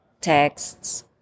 texts